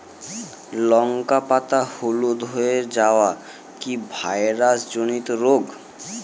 লঙ্কা পাতা হলুদ হয়ে যাওয়া কি ভাইরাস জনিত রোগ?